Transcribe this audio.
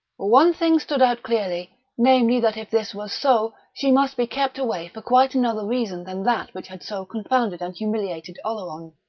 one thing stood out clearly namely, that if this was so, she must be kept away for quite another reason than that which had so confounded and humiliated oleron.